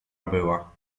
była